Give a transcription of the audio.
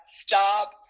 stop